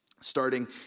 Starting